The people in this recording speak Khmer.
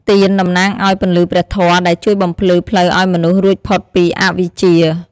ទៀន តំណាងឱ្យ ពន្លឺព្រះធម៌ ដែលជួយបំភ្លឺផ្លូវឱ្យមនុស្សរួចផុតពីអវិជ្ជា។